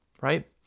Right